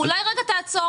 אולי רגע תעצור,